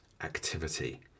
activity